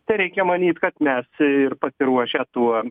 tai reikia manyt kad mes ir pasiruošę tuo